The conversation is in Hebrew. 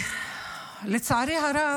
לצערי הרב,